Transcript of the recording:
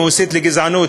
אם הוא הסית לגזענות,